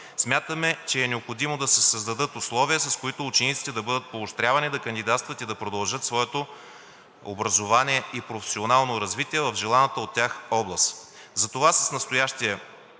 смятаме, че е необходимо да се създадат условия, с които учениците да бъдат поощрявани да кандидатстват и да продължат своето образование и професионално развитие в желаната от тях област.